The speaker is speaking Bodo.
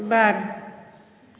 बार